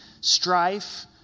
strife